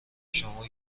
شما